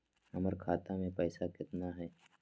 हमर खाता मे पैसा केतना है?